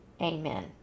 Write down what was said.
Amen